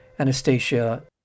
Anastasia